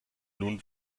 nun